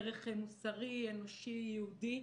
ערך מוסרי, אנושי, יהודי.